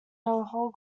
whole